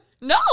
No